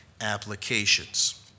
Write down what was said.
applications